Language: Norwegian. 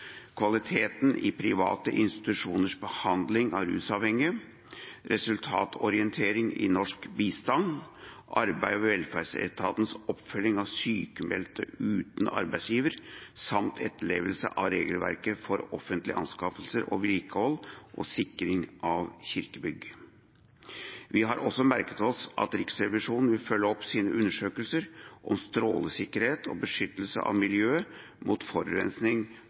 kvaliteten i private institusjoners behandling av rusavhengige, resultatorientering i norsk bistand, arbeidet med Arbeids- og velferdsetatens oppfølging av sykmeldte uten arbeidsgiver samt etterlevelse av regelverket for offentlige anskaffelser og vedlikehold og sikring av kirkebygg. Vi har også merket oss at Riksrevisjonen vil følge opp sine undersøkelser om strålesikkerhet og beskyttelse av miljøet mot